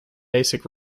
basic